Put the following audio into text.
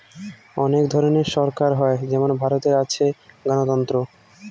অনেক ধরনের সরকার হয় যেমন ভারতে আছে গণতন্ত্র